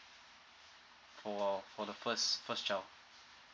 for for the first first child